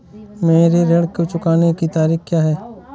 मेरे ऋण को चुकाने की तारीख़ क्या है?